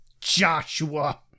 Joshua